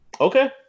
Okay